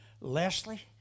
Leslie